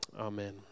Amen